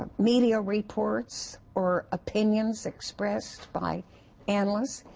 media reports or opinions, expressed by analysts.